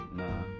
nah